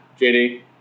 JD